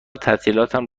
تعطیلاتم